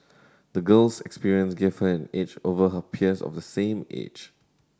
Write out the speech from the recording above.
the girl's experience gave her an edge over her peers of the same age